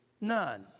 None